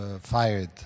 fired